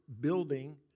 building